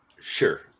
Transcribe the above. Sure